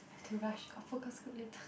I have to rush got four class group later